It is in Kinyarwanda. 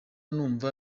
numva